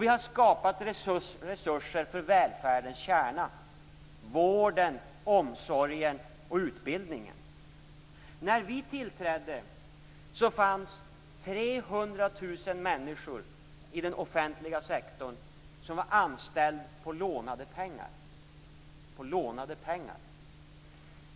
Vi har också skapat resurser för välfärdens kärna, vården omsorgen och utbildningen. När vi tillträdde fanns det 300 000 människor i den offentliga sektorn som var anställda med lånade pengar.